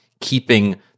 keeping